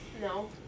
No